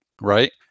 right